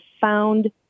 found